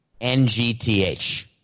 NGTH